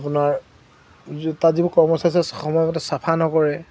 আপোনাৰ তাত যিবোৰ কৰ্মচাৰী আছে সময়মতে চাফা নকৰে